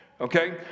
Okay